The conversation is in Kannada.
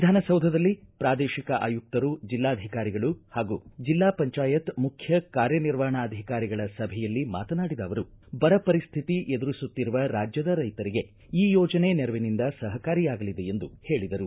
ವಿಧಾನಸೌಧದಲ್ಲಿ ಪ್ರಾದೇಶಿಕ ಆಯುಕ್ತರು ಜಿಲ್ಲಾಧಿಕಾರಿಗಳು ಹಾಗೂ ಜಿಲ್ಲಾ ಪಂಜಾಯತ್ ಮುಖ್ಯ ಕಾರ್ಯನಿರ್ವಹಣಾ ಅಧಿಕಾರಿಗಳ ಸಭೆಯಲ್ಲಿ ಮಾತನಾಡಿದ ಅವರು ಬರ ಪರಿಸ್ಥಿತಿ ಎದುರಿಸುತ್ತಿರುವ ರಾಜ್ಯದ ರೈತರಿಗೆ ಈ ಯೋಜನೆ ನೆರವಿನಿಂದ ಸಹಕಾರಿಯಾಗಲಿದೆ ಎಂದು ಹೇಳಿದರು